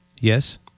Yes